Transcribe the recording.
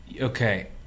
okay